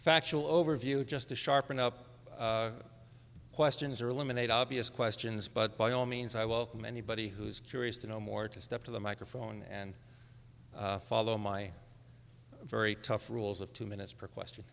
factual overview just to sharpen up questions or eliminate obvious questions but by all means i welcome anybody who's curious to know more to step to the microphone and follow my very tough rules of two minutes per question